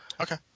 Okay